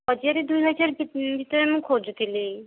ହଜାରେ ଦୁଇ ହଜାର ଭିତରେ ମୁଁ ଖୋଜୁଥିଲି